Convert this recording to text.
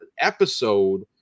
episode